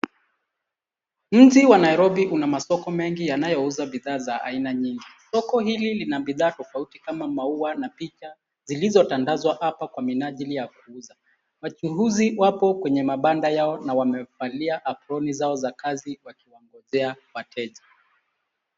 Mji wa Nairobi una masoko mengi yanayouza bidhaa za aina nyingi. Soko hili lina bidhaa tofauti kama maua na picha zilizotandazwa hapa kwa minajili ya kuuza. Wachuuzi wako kwenye mabanda yao na wamevalia aproni zao za kazi wakiwangojea wateja.